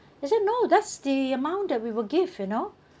he said no that's the amount that we will give you know